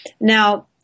Now